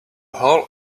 whole